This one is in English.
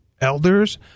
elders